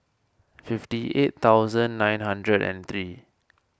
fifty eight thousand nine hundred and three